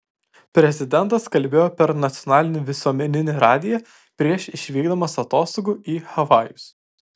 prezidentas kalbėjo per nacionalinį visuomeninį radiją prieš išvykdamas atostogų į havajus